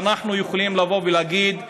ואנחנו יכולים להגיד: